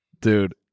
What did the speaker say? Dude